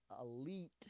elite